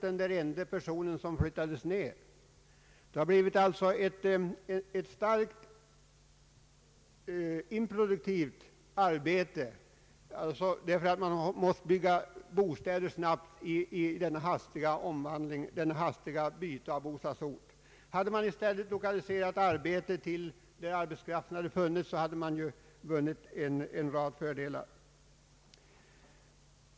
Detta bostadsbyggande som har måst ske snabbt kan sägas utgöra ett improduktivt arbete. Om i stället arbetet hade lokaliserats till de orter där arbetskraften fanns så hade en rad fördelar vunnits och kostnader inbesparats.